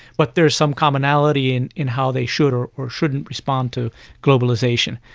but there's some commonality in in how they should or or shouldn't respond to globalisation.